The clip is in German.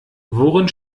worin